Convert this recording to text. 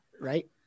Right